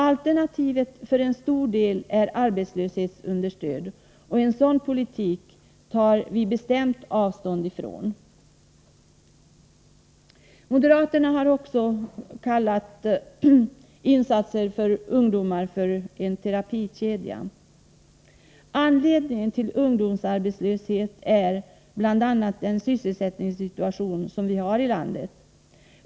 Alternativet för en stor del är arbetslöshetsunderstöd och en sådan politik tar vi bestämt avstånd ifrån. Moderaterna har också kallat insatser för ungdomar för en terapikedja. Anledningen till ungdomsarbetslöshet är bl.a. den sysselsättningssituation som vi har i landet.